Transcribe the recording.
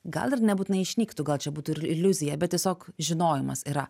gal ir nebūtinai išnyktų gal čia būtų ir iliuzija bet tiesiog žinojimas yra